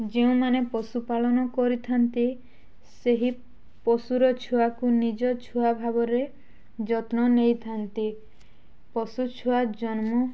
ଯେଉଁମାନେ ପଶୁପାଳନ କରିଥାନ୍ତି ସେହି ପଶୁର ଛୁଆକୁ ନିଜ ଛୁଆ ଭାବରେ ଯତ୍ନ ନେଇଥାନ୍ତି ପଶୁଛୁଆ ଜନ୍ମ